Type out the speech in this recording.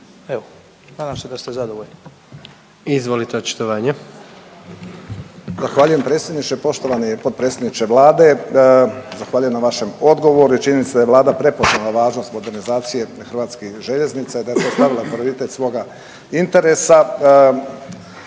Izvolite očitovanje. **Ćosić, Pero (HDZ)** Zahvaljujem predsjedniče. Poštovani potpredsjedniče vlade zahvaljujem na vašem odgovoru i činjenici da je vlada prepoznala razlog modernizacije Hrvatskih željeznica i da si je stavila prioritet svoga interesa